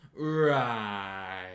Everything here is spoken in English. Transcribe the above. Right